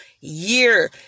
year